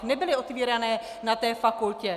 Nebyly otvírané na té fakultě.